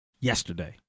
yesterday